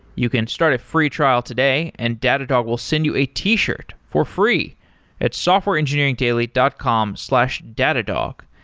you can start a free trial today and datadog will send you a t-shirt for free at softwareengineeringdaily dot com slash datadog.